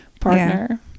partner